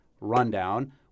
rundown